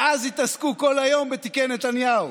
ואז התעסקו כל היום בתיקי נתניהו.